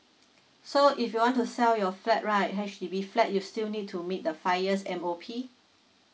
so if you want to sell your flat right H_D_B flat you still need to make the five years M O P